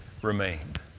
remained